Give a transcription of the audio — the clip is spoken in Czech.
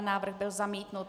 Návrh byl zamítnut.